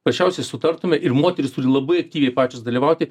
paprasčiausiai sutartume ir moterys turi labai aktyviai pačios dalyvauti